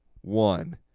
one